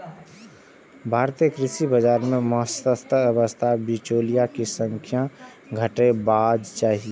भारतीय कृषि बाजार मे मध्यस्थ या बिचौलिया के संख्या घटेबाक चाही